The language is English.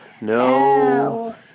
No